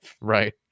right